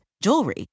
jewelry